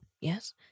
Yes